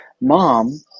Mom